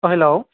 ओ हेलौ